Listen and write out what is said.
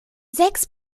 sechs